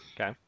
Okay